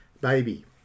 baby